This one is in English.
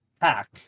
pack